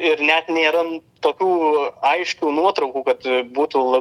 ir net nėra tokių aiškių nuotraukų kad būtų